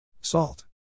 Salt